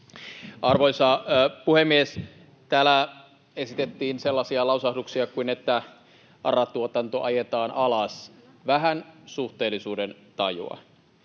Arvoisa puhemies! Täällä esitettiin sellaisia lausahduksia kuin että ARA-tuotanto ajetaan alas — vähän suhteellisuudentajua.